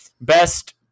best